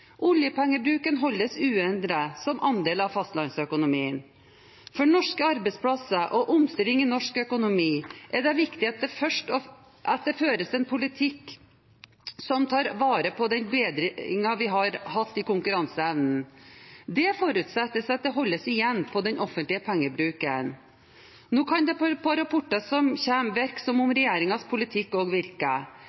Oljepengebruken holdes uendret som andel av fastlandsøkonomien. For norske arbeidsplasser og omstilling i norsk økonomi er det viktig at det føres en politikk som tar vare på den bedringen vi har hatt i konkurranseevnen. Det forutsetter at det holdes igjen på den offentlige pengebruken. Nå kan det av rapporter som kommer, virke som om